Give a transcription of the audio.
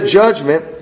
judgment